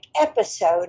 episode